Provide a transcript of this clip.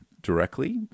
directly